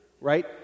right